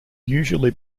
usually